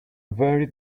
very